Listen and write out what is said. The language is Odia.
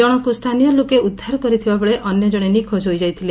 ଜଶକୁ ସ୍ଥାନୀୟ ଲୋକେ ଉଦ୍ଧାର କରିଥିବାବେଳେ ଅନ୍ୟ ଜଶେ ନିଖୋଜ ହୋଇଯାଇଥିଲେ